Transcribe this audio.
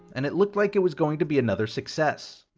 and it looked like it was going to be another success.